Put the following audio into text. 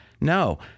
No